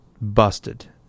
busted